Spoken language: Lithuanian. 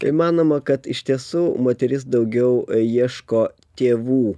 kai manoma kad iš tiesų moteris daugiau ieško tėvų